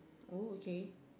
oh okay